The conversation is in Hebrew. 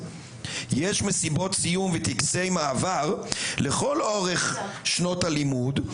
יש מסיבות סיום וטקסי מעבר לכל אורך שנות הלימוד,